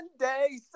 Sunday